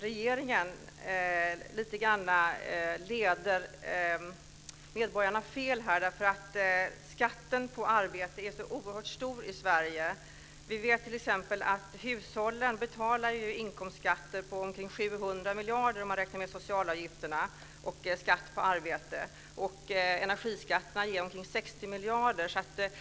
Regeringen leder lite grann medborgarna fel här. Skatten på arbete är så oerhört stor i Sverige. Vi vet t.ex. att hushållen betalar inkomstskatter på omkring 700 miljarder, om man räknar med socialavgifterna och skatt på arbete. Energiskatterna ger omkring 60 miljarder.